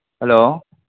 hello